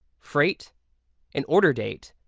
freight and order date.